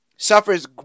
suffers